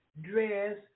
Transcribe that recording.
dress